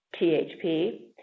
PHP